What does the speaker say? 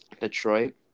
Detroit –